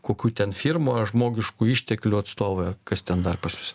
kokių ten firmų ar žmogiškųjų išteklių atstovai ar kas ten dar pas jus